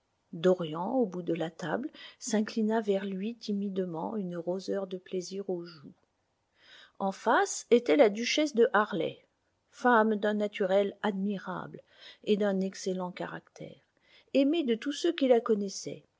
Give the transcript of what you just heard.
dorian au bout de la table s'inclina vers lui timidement une roseur de plaisir aux joues en face était la duchesse de harley femme d'un naturel admirable et d'un excellent caractère aimée de tous ceux qui la connaissaient